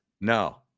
No